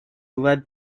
led